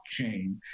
blockchain